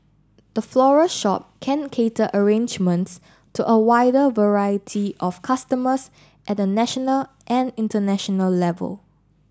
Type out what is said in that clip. the floral shop can cater arrangements to a wider variety of customers at a national and international level